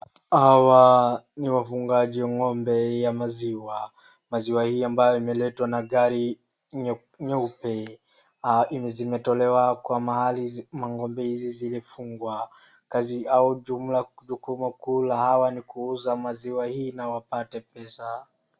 Hawa ni wafugaji ng'ombe ya maziwa. Maziwa hii ambayo imeletwa na gari nyeupe zenye zimetolewa kwa mahali mang'ombe hizi zilifugwa. Kazi au jukumu kuu la hawa ni kuuza maziwa hii na wapate pesa.